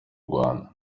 rwanda